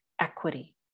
equity